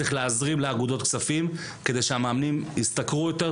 צריך להזרים לאגודות כסף כדי שהמאמנים ישתכרו טוב יותר